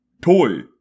Toy